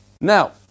Now